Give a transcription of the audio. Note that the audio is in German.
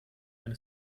wenn